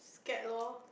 scared lor